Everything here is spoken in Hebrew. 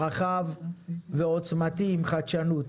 רחב ועוצמתי עם חדשנות.